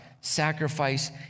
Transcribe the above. sacrifice